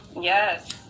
yes